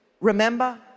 Remember